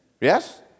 Yes